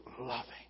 loving